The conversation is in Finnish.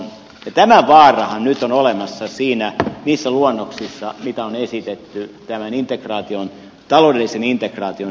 tämä vaarahan nyt on olemassa niissä luonnoksissa mitä on esitetty tämän taloudellisen integraation syventämiseksi